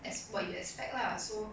as what you expect lah so